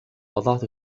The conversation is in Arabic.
أضعت